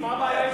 אז מה הבעיה עם